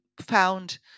found